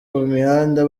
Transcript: mihanda